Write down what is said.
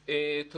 בבקשה.